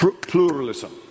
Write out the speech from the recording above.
pluralism